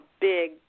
big